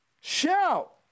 Shout